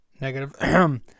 negative